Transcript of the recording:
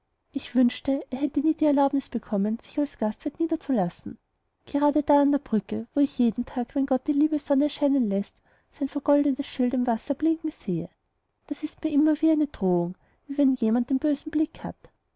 ich wünschte er hätte nie die erlaubnis bekommen sich dort als gastwirt niederzulassen gerade da an der brücke wo ich jeden tag wenn gott die liebe sonne scheinen läßt sein vergoldetes schild im wasser blinken sehe das ist mir immer wie eine drohung wie wenn jemand den bösen blick hat